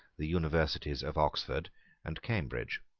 the universities of oxford and cambridge.